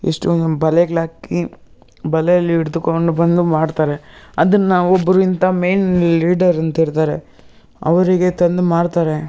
ಎಷ್ಟೊಂದು ಬಲೆಗಳು ಹಾಕಿ ಬಲೆಯಲ್ಲಿ ಹಿಡಿದುಕೊಂಡು ಬಂದು ಮಾಡ್ತಾರೆ ಅದನ್ನು ಒಬ್ಬರಿಗಿಂತ ಮೇನ್ ಲೀಡರ್ ಅಂತ ಇರ್ತಾರೆ ಅವರಿಗೆ ತಂದು ಮಾರ್ತಾರೆ